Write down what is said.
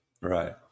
Right